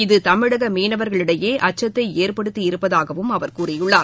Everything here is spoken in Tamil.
இது தமிழக மீனவர்களிடையே அச்சத்தை ஏற்பத்தி இருப்பதாகவும் அவர் கூறியுள்ளார்